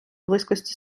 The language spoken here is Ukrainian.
близькості